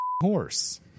horse